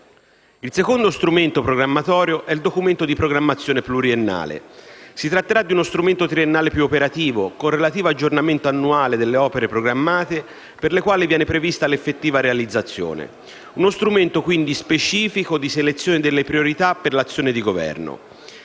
Il secondo strumento programmatorio è il Documento di programmazione pluriennale. Si tratterà di uno strumento triennale più operativo, con relativo aggiornamento annuale delle opere programmate per le quali viene prevista l'effettiva realizzazione; uno strumento, quindi, specifico di selezione delle priorità per l'azione di Governo.